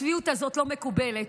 הצביעות הזאת לא מקובלת.